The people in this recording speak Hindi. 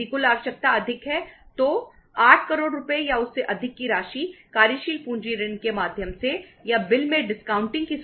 यदि कुल आवश्यकता अधिक है तो 8 करोड़ रुपये या उससे अधिक की राशि कार्यशील पूंजी ऋण के माध्यम से या बिल में डिस्काउंटिंग है